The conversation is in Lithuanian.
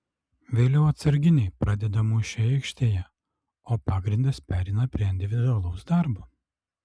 vėliau atsarginiai pradeda mūšį aikštėje o pagrindas pereina prie individualaus darbo